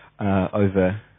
over